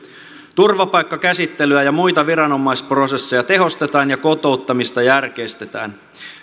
turvapaikkakäsittelyä ja ja muita viranomaisprosesseja tehostetaan ja kotouttamista järkeistetään